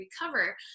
recover